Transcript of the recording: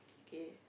K